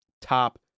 top